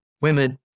women